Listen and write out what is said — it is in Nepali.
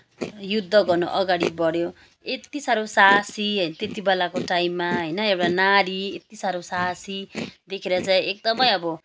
युद्ध गर्न आगाडि बढ्यो यति साह्रो साहसी त्यति बेलाको टाइममा होइन एउटा नारी यति साह्रो साहसी देखेर चाहिँ एकदमै अब